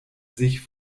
sich